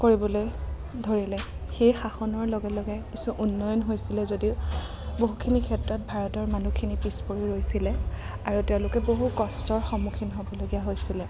কৰিবলৈ ধৰিলে সেই শাসনৰ লগে লগে কিছু উন্নয়ন হৈছিলে যদিও বহুখিনি ক্ষেত্ৰত ভাৰতৰ মানুহখিনি পিছপৰি ৰৈছিলে আৰু তেওঁলোকে বহু কষ্টৰ সন্মুখীন হ'বলগীয়া হৈছিলে